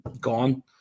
gone